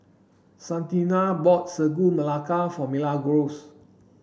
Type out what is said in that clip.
Santina bought Sagu Melaka for Milagros